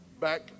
back